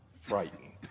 frightened